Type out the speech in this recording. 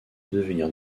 devenir